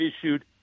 issued